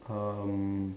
um